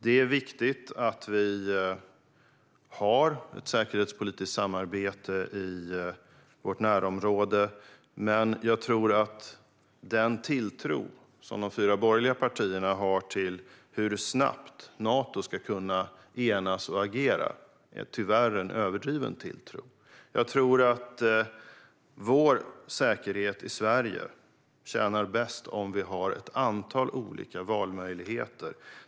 Det är viktigt att vi har ett säkerhetspolitiskt samarbete i vårt närområde. Men jag tror att den tilltro som de fyra borgerliga partierna har till hur snabbt Nato ska kunna enas och agera tyvärr är överdriven. Jag tror att vår säkerhet i Sverige tjänar bäst på att vi har ett antal olika valmöjligheter.